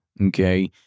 okay